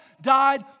died